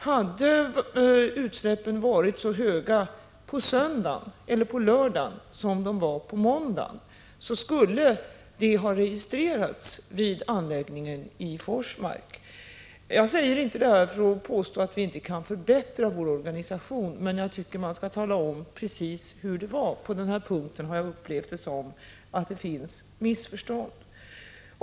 Hade utsläppen varit så höga på söndagen eller på lördagen som de var på måndagen skulle detta ha registrerats vid anläggningen i Forsmark. Jag säger inte detta för att påstå att vi inte kan förbättra vår organisation. Men jag tycker att man skall tala om precis hur det var. På denna punkt har jag upplevt det som att det finns missförstånd.